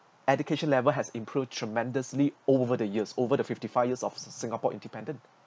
education level has improved tremendously over the years over the fifty five of singapore independent